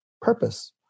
purpose